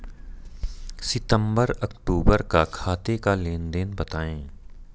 सितंबर अक्तूबर का खाते का लेनदेन बताएं